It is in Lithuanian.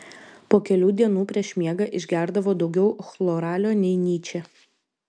po kelių dienų prieš miegą išgerdavo daugiau chloralio nei nyčė